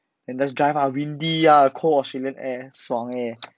and that the drive ah windy ah cold of chilling air 爽 eh